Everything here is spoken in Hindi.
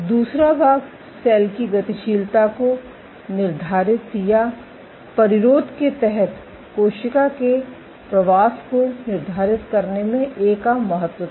दूसरा भाग सेल की गतिशीलता को निर्धारित या परिरोध के तहत कोशिका के प्रवास को निर्धारित करने में ए का महत्व था